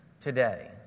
today